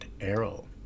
Errol